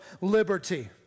liberty